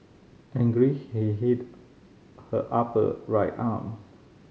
angry he hit her upper right arm